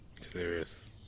Serious